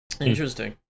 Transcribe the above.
Interesting